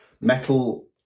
metal